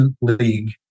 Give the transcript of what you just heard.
League